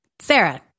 Sarah